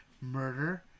murder